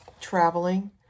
traveling